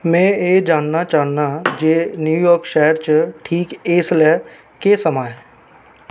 में एह् जानना चाह्न्नां जे न्यूयार्क शैह्ऱ च ठीक इसलै केह् समां ऐ